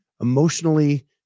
Emotionally